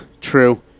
true